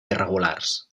irregulars